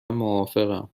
موافقم